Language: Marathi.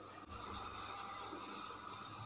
जास्त काळ ठेवण्यासाठी कोणताही स्टॉक खरेदी करू नका